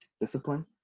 discipline